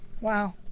Wow